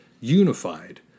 unified